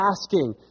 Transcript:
asking